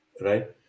Right